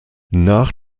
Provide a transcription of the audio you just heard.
nach